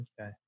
Okay